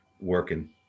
Working